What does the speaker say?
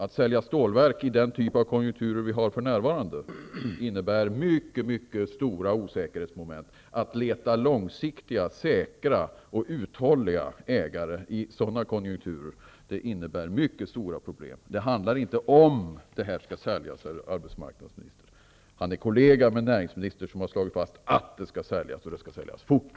Att sälja ut stålverk i den typ av konjunktur som vi för närvarande har innebär mycket stora osäkerhetsmoment. Det blir mycket stora problem att leta efter långsiktiga, säkra och uthålliga ägare i en sådan konjunktur. Det handlar inte om SSAB skall säljas, herr arbetsmarknadsminister. Arbetsmarknadsministern är kollega med en näringsminister som har slagit fast att det skall säljas, och att det skall säljas fort.